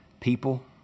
people